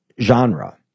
genre